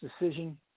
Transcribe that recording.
decision